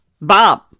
Bob